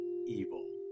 Evil